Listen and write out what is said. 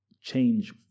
change